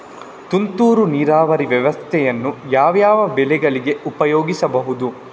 ತುಂತುರು ನೀರಾವರಿ ವ್ಯವಸ್ಥೆಯನ್ನು ಯಾವ್ಯಾವ ಬೆಳೆಗಳಿಗೆ ಉಪಯೋಗಿಸಬಹುದು?